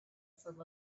from